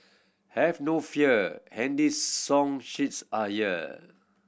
have no fear handy song sheets are here